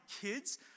kids